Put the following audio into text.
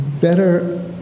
better